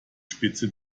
spitze